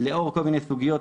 לאור כל מיני סוגיות,